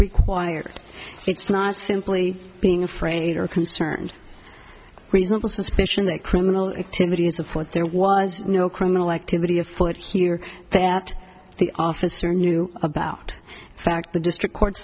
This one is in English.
required it's not simply being afraid or concerned reasonable suspicion that criminal activity is afoot there was no criminal activity afoot here that the officer knew about the fact the district courts